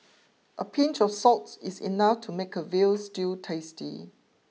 a pinch of salt is enough to make a veal stew tasty